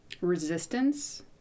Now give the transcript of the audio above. resistance